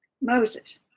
Moses